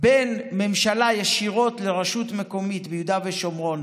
בין ממשלה ישירות לרשות מקומית ביהודה ושומרון,